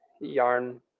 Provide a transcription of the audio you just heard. yarn